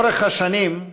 לאורך השנים,